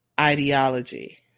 ideology